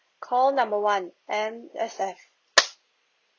call number one M_S_F